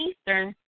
Eastern